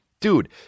Dude